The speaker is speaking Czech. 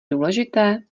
důležité